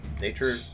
nature